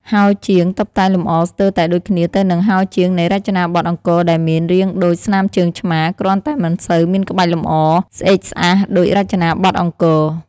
ហោជាង តុបតែងលម្អស្ទើរតែដូចគ្នាទៅនឹងហោជាងនៃរចនាបថអង្គរដែរមាន រាងដូចស្នាមជើងឆ្មា គ្រាន់តែមិនសូវមានក្បាច់លម្អស្អេកស្កះដូចរចនាបថ អង្គរ។